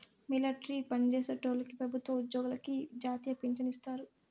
military పన్జేసేటోల్లకి పెబుత్వ ఉజ్జోగులకి ఈ జాతీయ పించను ఇత్తారు